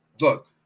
Look